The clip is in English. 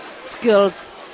skills